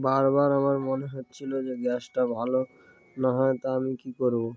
বারবার আমার মনে হচ্ছিলো যে গ্যাসটা ভালো না হয় তা আমি কী করবো